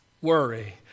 Worry